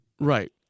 right